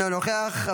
אינו נוכח,